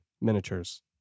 miniatures